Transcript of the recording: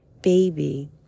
baby